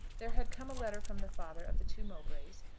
there had come a letter from the father of the two mowbrays,